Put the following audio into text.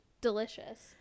delicious